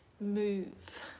move